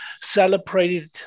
celebrated